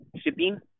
shipping